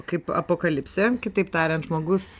kaip apokalipsė kitaip tariant žmogus